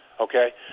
Okay